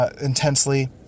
intensely